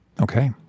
Okay